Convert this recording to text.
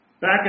Back